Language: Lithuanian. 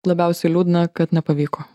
labiausiai liūdna kad nepavyko